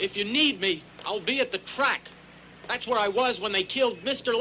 if you need me i'll be at the track that's what i was when they killed mr